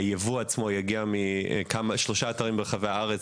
היבוא עצמו יגיע משלושה אתרים ברחבי הארץ,